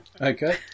Okay